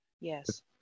Yes